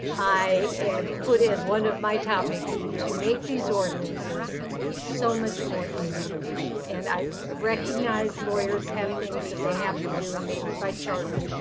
i put as one of my topics to make these ordinances so much more easy to read, and i recognize lawyers have things that they have to do and maybe by charter,